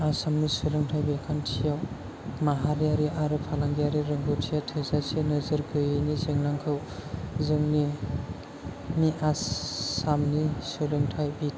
आसामनि सोलोंथाय बिखान्थियाव माहारियारि आरो फालांगियारि रोंगथिया थोजासे नोजोर गैयिनि जेंनाखौ जोंनि आसामनि सोलोंथाय